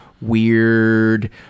weird